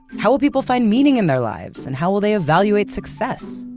how will people find meaning in their lives and how will they evaluate success?